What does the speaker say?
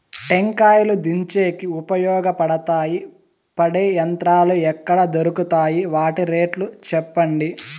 టెంకాయలు దించేకి ఉపయోగపడతాయి పడే యంత్రాలు ఎక్కడ దొరుకుతాయి? వాటి రేట్లు చెప్పండి?